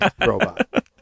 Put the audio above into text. robot